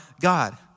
God